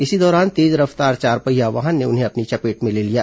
इसी दौरान तेज रफ्तार चारपहिया वाहन ने उन्हें अपनी चपेट में ले लिया